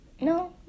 No